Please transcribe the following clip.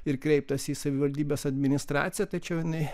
ir kreiptasi į savivaldybės administraciją tačiau jinai